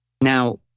Now